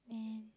and